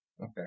Okay